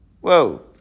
Whoa